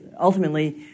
ultimately